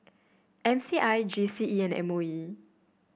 M C I G C E and M O E